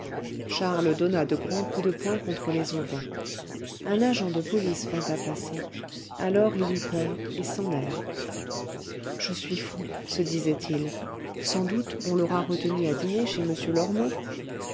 charles donna de grands coups de poing contre les auvents un agent de police vint à passer alors il eut peur et s'en alla je suis fou se disait-il sans doute on l'aura retenue à dîner chez